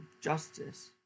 justice